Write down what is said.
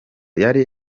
yari